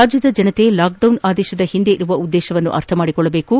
ರಾಜ್ಯದ ಜನತೆ ಲಾಕ್ಡೌನ್ ಆದೇಶದ ಹಿಂದೆ ಇರುವ ಉದ್ದೇಶವನ್ನು ಅರ್ಥಮಾಡಿಕೊಳ್ಳಬೇಕು